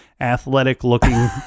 athletic-looking